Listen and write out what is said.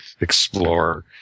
explore